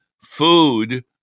food